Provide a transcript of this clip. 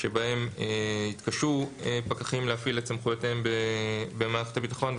שבהם התקשו פקחים להפעיל את סמכויותיהם במערכת הביטחון,